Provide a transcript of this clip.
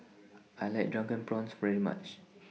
I like Drunken Prawns very much